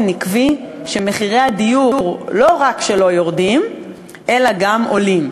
עקבי שמחירי הדיור לא רק שלא יורדים אלא גם עולים.